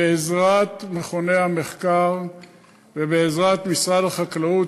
בעזרת מכוני המחקר ובעזרת משרד החקלאות,